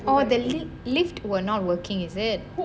oh the lift was not working is it